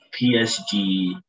PSG